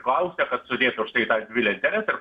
klausia kad sudėt už tai tas dvi lenteles